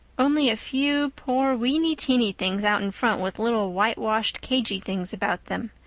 only a few poor weeny-teeny things out in front with little whitewashed cagey things about them.